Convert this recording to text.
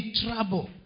trouble